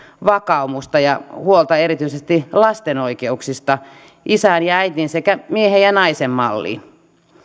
vakaumusta ja huolta erityisesti lasten oikeuksista isään ja äitiin sekä miehen ja naisen malliin